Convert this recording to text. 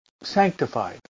sanctified